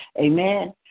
Amen